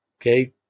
okay